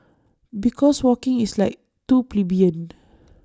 because walking is like too plebeian